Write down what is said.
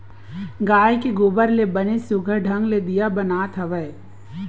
गाय के गोबर ले बनेच सुग्घर ढंग ले दीया बनात हवय